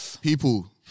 People